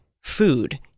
food